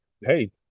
Hey